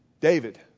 David